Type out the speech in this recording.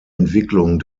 entwicklung